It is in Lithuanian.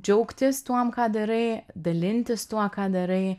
džiaugtis tuom ką darai dalintis tuo ką darai